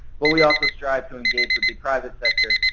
but we also strive to engage with the private sector,